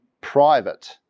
private